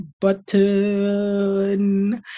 button